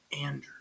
Andrew